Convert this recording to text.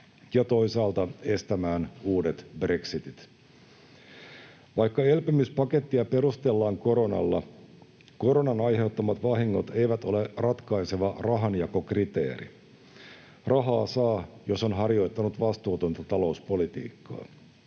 ja toisaalta estämään uudet brexitit. Vaikka elpymispakettia perustellaan koronalla, koronan aiheuttamat vahingot eivät ole ratkaiseva rahanjakokriteeri. Rahaa saa, jos on harjoittanut vastuutonta talouspolitiikkaa.